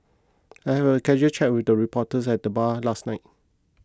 I had a casual chat with a reporter at the bar last night